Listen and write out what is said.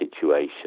situation